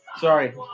Sorry